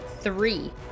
Three